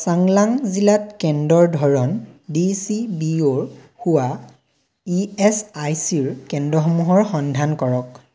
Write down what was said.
চাঙলাং জিলাত কেন্দ্ৰৰ ধৰণ ডি চি বি অ'ৰ হোৱা ই এচ আই চিৰ কেন্দ্ৰসমূহৰ সন্ধান কৰক